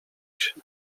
się